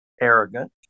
arrogant